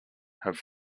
have